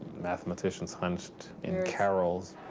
mathematicians hunched in carols,